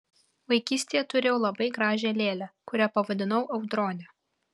vaikystėje turėjau labai gražią lėlę kurią pavadinau audrone